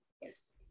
Yes